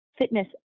fitness